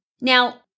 Now